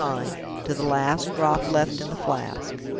to the last drop left in the flask.